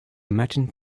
imagined